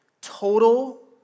total